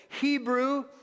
Hebrew